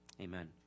Amen